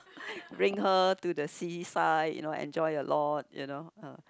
bring her to the sea side and you know enjoy a lot you know uh